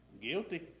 Guilty